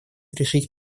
решить